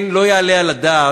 אין, לא יעלה על הדעת